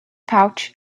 pouch